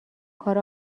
کار